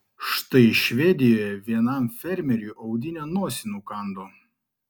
štai švedijoje vienam fermeriui audinė nosį nukando